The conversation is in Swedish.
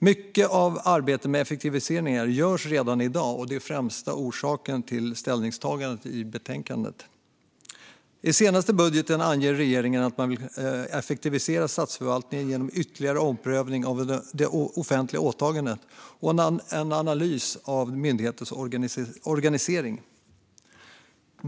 Mycket av arbetet med effektiviseringar görs redan i dag, och det är den främsta orsaken till ställningstagandet i betänkandet. I den senaste budgeten anger regeringen att man vill effektivisera statsförvaltningen genom ytterligare omprövning av det offentliga åtagandet och en analys av myndigheters organisering.